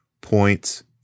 points